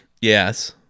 yes